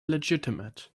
legitimate